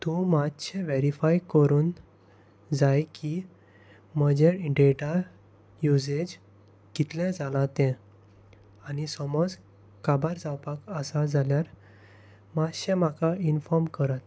तूं मातशें वेरीफाय करून जाय की म्हजें डॅटा युजेज कितलें जालां तें आनी समज काबार जावपाक आसा जाल्यार मातशें म्हाका इनफॉर्म करात